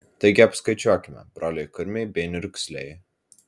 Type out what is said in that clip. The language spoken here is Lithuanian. taigi apskaičiuokime broliai kurmiai bei niurzgliai